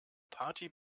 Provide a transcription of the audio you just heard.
party